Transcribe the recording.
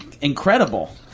incredible